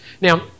Now